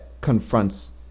confronts